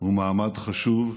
הוא מעמד חשוב,